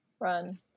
run